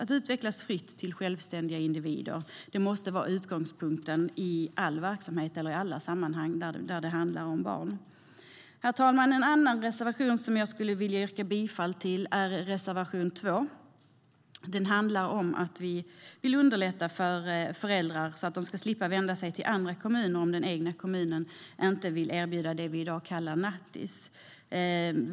Fri utveckling till självständiga individer måste vara utgångspunkten i alla sammanhang när det handlar om barn. Herr talman! En annan reservation jag skulle vilja yrka bifall till är reservation 2. Den handlar om att vi vill underlätta för föräldrar så att de ska slippa vända sig till andra kommuner om den egna kommunen inte vill erbjuda det vi i dag kallar nattis.